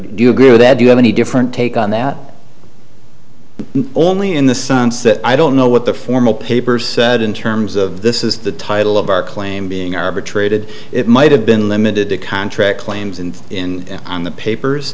do you agree with that do you have any different take on that only in the sense that i don't know what the formal papers said in terms of this is the title of our claim being arbitrated it might have been limited to contract claims and in the papers